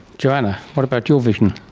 joanna, what about your vision?